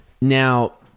Now